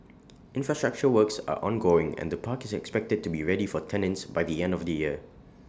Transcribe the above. infrastructure works are ongoing and the park is expected to be ready for tenants by the end of the year